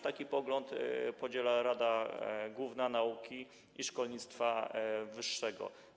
Taki pogląd podziela również Rada Główna Nauki i Szkolnictwa Wyższego.